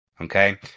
okay